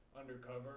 undercover